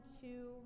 two